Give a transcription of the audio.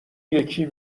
یکی